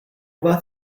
about